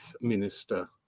minister